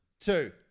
two